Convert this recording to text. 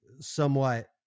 somewhat